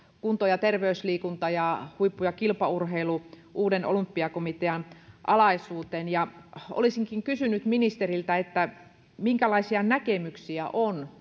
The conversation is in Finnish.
kunto ja terveysliikunta ja huippu ja kilpaurheilu uuden olympiakomitean alaisuuteen olisinkin kysynyt ministeriltä minkälaisia näkemyksiä on